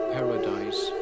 Paradise